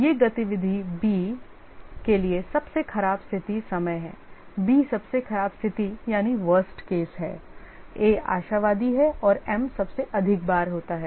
यह गतिविधि b के लिए सबसे खराब स्थिति समय है b सबसे खराब स्थिति है a आशावादी है और m सबसे अधिक बार होता है